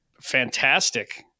fantastic